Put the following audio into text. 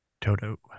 Toto